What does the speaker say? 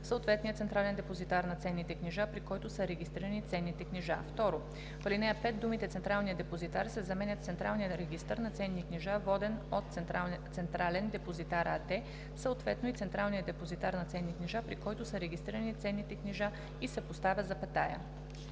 съответния централен депозитар на ценните книжа, при който са регистрирани ценните книжа“. 2. В ал. 5 думите „Централният депозитар“ се заменят с „Централният регистър на ценни книжа, воден от Централен депозитар“ АД, съответно и централният депозитар на ценни книжа, при който са регистрирани ценните книжа“ и се поставя запетая.“